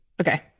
okay